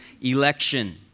election